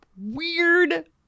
weird